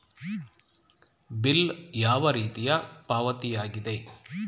Bill ಯಾವ ರೀತಿಯ ಪಾವತಿಯಾಗಿದೆ?